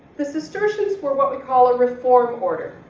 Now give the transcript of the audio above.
the cistercians were what we call a reformed order.